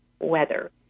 weather